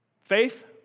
Faith